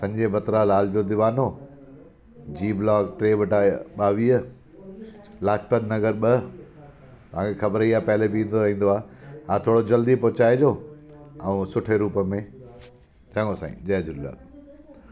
संजय बत्रा लाल जो दीवानो जी ब्लॉक टे बटा ॿावीह लाजपत नगर ॿ तव्हांखे ख़बर ई आहे पहिरियों बि हे ईंदो रहंदो हा थोरो जल्दी पहुचाइजो ऐं सुठे रूप में चङो साईं जय झूलेलाल